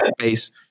space